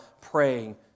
praying